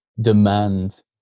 Demand